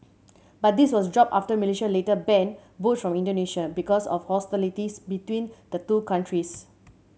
but this was dropped after Malaysia later banned boats from Indonesia because of hostilities between the two countries